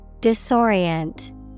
Disorient